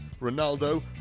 Ronaldo